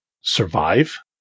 Survive